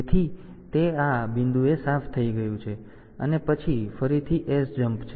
તેથી તે આ બિંદુએ સાફ થઈ ગયું છે અને પછી ફરીથી SJMP છે